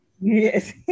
Yes